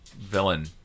villain